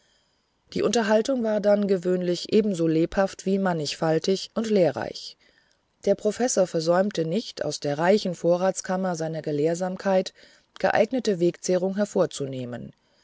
die unterhaltung war dann gewöhnlich ebenso lebhaft wie mannigfaltig und lehrreich der professor versäumte nicht aus der reichen vorratskammer seiner gelehrsamkeit geeignete wegezehrung hervorzunehmen